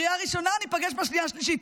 קריאה ראשונה וניפגש בשנייה והשלישית.